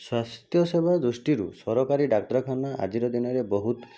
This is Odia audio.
ସ୍ୱାସ୍ଥ୍ୟ ସେବା ଦୃଷ୍ଟିରୁ ସରକାରୀ ଡାକ୍ତରଖାନା ଆଜିର ଦିନରେ ବହୁତ